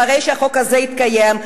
אחרי שהחוק הזה יתקיים,